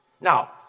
Now